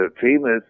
famous